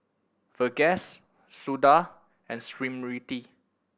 Verghese Suda and Smriti